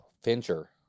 Fincher